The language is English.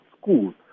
school